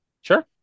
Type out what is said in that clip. Sure